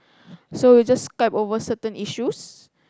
so we just Skype over certain issues